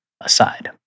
aside